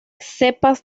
cepas